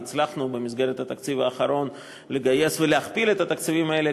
והצלחנו במסגרת התקציב האחרון לגייס ולהכפיל את התקציבים האלה,